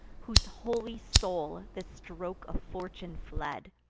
whose holy soul the stroke of fortune fled,